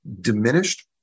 diminished